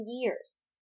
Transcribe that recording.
years